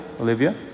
Olivia